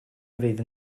fydd